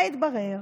מה התברר?